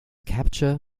capture